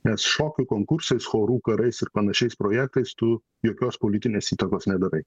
nes šokių konkursais chorų karais ir panašiais projektais tu jokios politinės įtakos nedarai